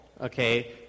okay